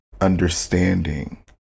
Understanding